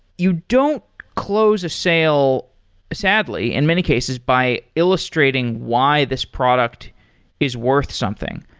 you don't close a sale sadly, in many cases, by illustrating why this product is worth something.